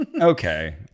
Okay